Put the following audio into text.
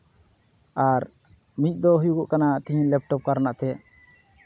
ᱟᱨ ᱢᱤᱫ ᱫᱚ ᱦᱩᱭᱩᱜᱚᱜ ᱠᱟᱱᱟ ᱛᱤᱦᱤᱧ ᱞᱮᱯᱴᱚᱯ ᱠᱟᱨᱚᱱᱟᱜ ᱛᱮ